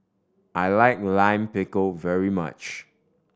I like Lime Pickle very much